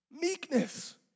Meekness